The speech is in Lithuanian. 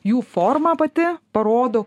jų forma pati parodo